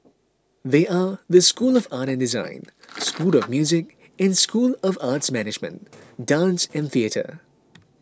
they are the school of art and design school of music and school of arts management dance and theatre